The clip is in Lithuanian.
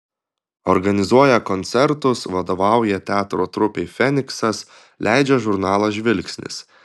organizuoja koncertus vadovauja teatro trupei feniksas leidžia žurnalą žvilgsnis